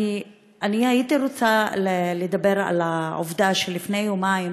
אני הייתי רוצה לדבר על העובדה שלפני יומיים